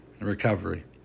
recovery